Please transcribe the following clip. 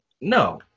No